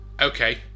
Okay